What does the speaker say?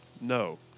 No